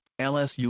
LSU